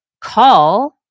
call